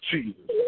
Jesus